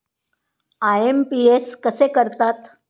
IMPS कसे करतात?